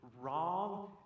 wrong